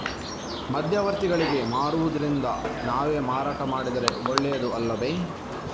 ಮಧ್ಯವರ್ತಿಗಳಿಗೆ ಮಾರುವುದಿಂದ ನಾವೇ ಮಾರಾಟ ಮಾಡಿದರೆ ಒಳ್ಳೆಯದು ಅಲ್ಲವೇ?